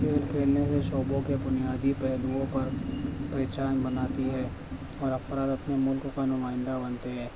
کھیل کھیلنے سے شعبوں کے بنیادی پہلوؤں پر پہچان بناتی ہے اور افراد اپنے ملک کا نمائندہ بنتے ہے